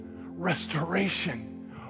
restoration